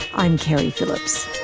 i'm keri phillips.